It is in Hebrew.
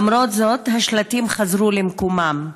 למרות זאת, השלטים חזרו למקומם.